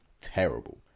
terrible